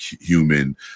human